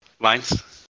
lines